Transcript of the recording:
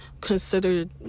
considered